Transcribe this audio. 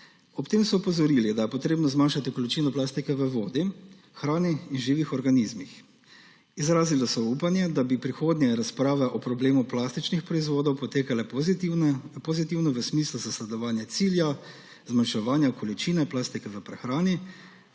Ob tem so opozorili, da je potrebno zmanjšati količino plastike v vodi, hrani in živih organizmih. Izrazili so upanje, da bi v prihodnje razprave o problemu plastičnih proizvod potekale pozitivno v smislu zasledovanja cilja zmanjševanja količine plastike v prehrani,